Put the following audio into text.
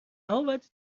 امابعد